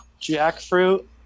jackfruit